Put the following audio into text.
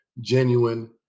genuine